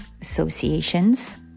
associations